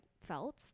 felt